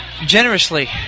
generously